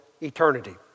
eternity